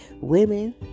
women